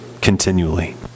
continually